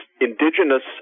indigenous